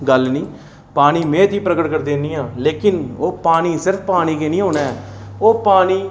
पानी में तुगी प्रकट करी दिंन्नी आं लेकिन ओह् पानी सिर्फ पानी गै निं होना ऐ ओह् पानी